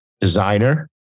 designer